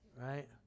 right